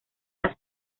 las